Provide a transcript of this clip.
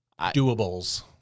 doables